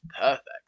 perfect